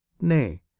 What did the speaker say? nay